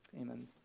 Amen